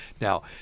Now